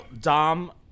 dom